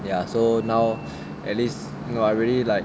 ya so now at least I really like